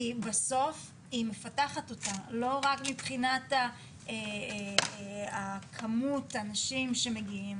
כי בסוף היא מפתחת אותה לא רק מבחינת כמות האנשים שמגיעים.